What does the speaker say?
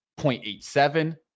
0.87